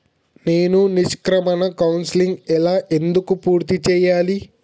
నేను నిష్క్రమణ కౌన్సెలింగ్ ఎలా ఎందుకు పూర్తి చేయాలి?